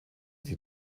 die